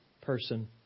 person